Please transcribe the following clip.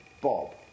Bob